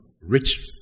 rich